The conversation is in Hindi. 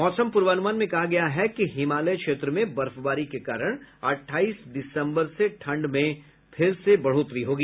मौसम पूर्वानुमान में कहा गया है कि हिमालय क्षेत्र में बर्फबारी के कारण अट्ठाईस दिसंबर से ठंड में फिर से बढ़ोतरी होगी